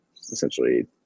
essentially